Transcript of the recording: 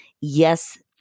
Yes